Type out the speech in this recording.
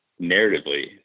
narratively